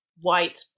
white